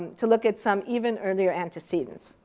to look some even earlier antecedents.